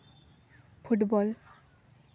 football